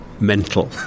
mental